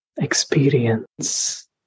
experience